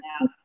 now